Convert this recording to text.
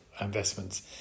investments